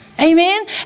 Amen